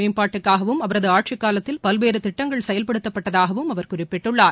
மேம்பாட்டுக்காகவும் மகளிர் ஆட்சிக்காலத்தில் பல்வேறு திட்டங்கள் செயல்படுத்தப்பட்டதாகவும் அவர் குறிப்பிட்டுள்ளார்